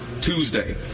Tuesday